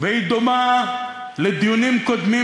והיא דומה לדיונים קודמים,